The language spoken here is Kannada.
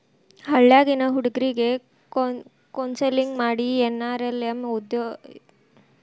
ಹಳ್ಳ್ಯಾಗಿನ್ ಹುಡುಗ್ರಿಗೆ ಕೋನ್ಸೆಲ್ಲಿಂಗ್ ಮಾಡಿ ಎನ್.ಆರ್.ಎಲ್.ಎಂ ಇಂದ ಸ್ವಂತ ಉದ್ಯೋಗ ಕೊಡಸ್ತಾರ